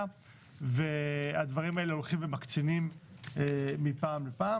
והדברים האלה הולכים ומקצינים מפעם לפעם,